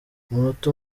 umunota